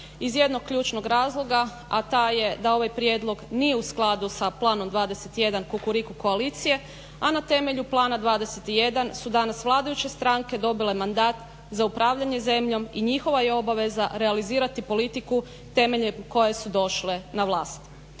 iz jednog ključnog razloga, a taj je da ovaj prijedlog nije u skladu sa Planom 21 Kukuriku koalicije, a na temelju Plana 21 su danas vladajuće stranke dobile mandat za upravljanje zemljom i njihova je obaveza realizirati politiku temeljem koje su došle na vlast.